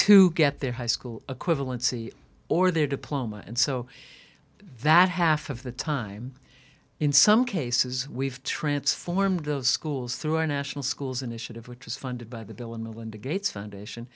to get their high school equivalency or their diploma and so that half of the time in some cases we've transformed those schools through our national schools initiative which is funded by the bill and melinda gates foundation